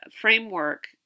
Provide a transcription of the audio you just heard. framework